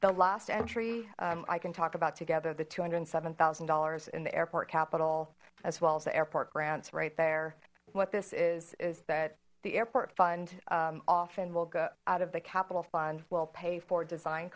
the last entry i can talk about together the two hundred seven thousand dollars in the airport capital as well as the airport grants right there what this is is that the airport fund often will go out of the capital fund will pay for design